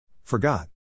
Forgot